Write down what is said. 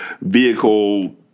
vehicle